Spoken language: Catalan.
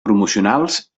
promocionals